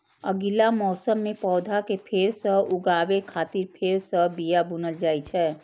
अगिला मौसम मे पौधा कें फेर सं उगाबै खातिर फेर सं बिया बुनल जाइ छै